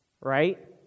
right